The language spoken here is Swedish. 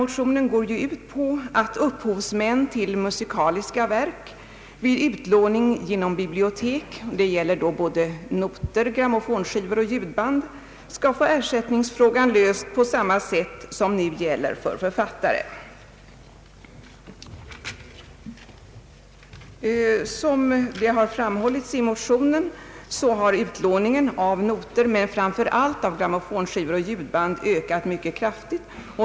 Motionerna går ut på att upphovsmännen till musikaliska verk vid utlåning genom bibliotek — och detta gäller såväl noter som grammofonskivor och ljudband — skall få ersättningsfrå gan löst på samma sätt som författarna. Såsom framhållits i motionerna har utlåningen av noter och framför allt grammofonskivor och ljudband ökat mycket kraftigt.